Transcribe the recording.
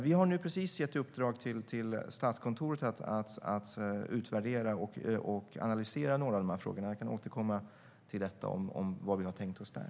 Vi har precis gett i uppdrag till Statskontoret att utvärdera och analysera några av frågorna. Jag kan återkomma till vad vi har tänkt oss där.